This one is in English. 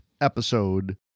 episode